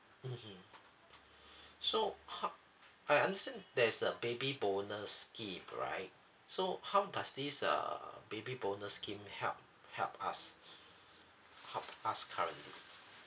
mmhmm so how I understand there's a baby bonus scheme right so how does this uh baby bonus scheme help help us help us currently